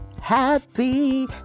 happy